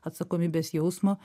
atsakomybės jausmo